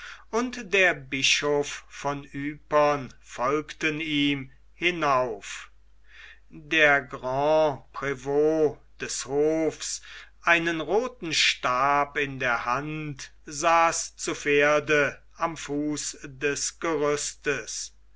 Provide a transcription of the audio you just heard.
und der bischof von ypern folgten ihm hinauf der grand prevot des hofes einen rothen stab in der hand saß zu pferde am fuß des gerüstes